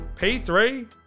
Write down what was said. P3